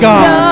God